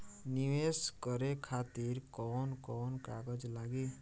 नीवेश करे खातिर कवन कवन कागज लागि?